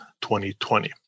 2020